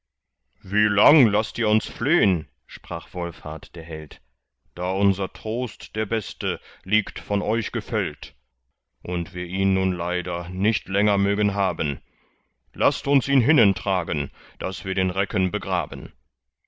wie lang laßt ihr uns flehn sprach wolfhart der held da unser trost der beste liegt von euch gefällt und wir ihn nun leider nicht länger mögen haben laßt uns ihn hinnen tragen daß wir den recken begraben